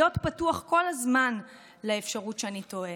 להיות פתוח כל הזמן לאפשרות שאני טועה.